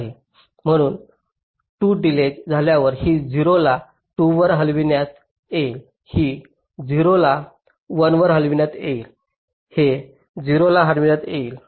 म्हणून 2 डिलेज झाल्यावर ही 0 ला 2 वर हलविण्यात येईल ही 0 ला 1 वर हलविण्यात येईल हे 0 ला हलविण्यात येईल